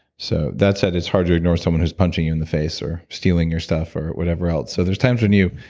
so that said, it's hard to ignore someone who's punching you in the face or stealing your stuff or whatever else. so there's times when you.